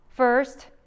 First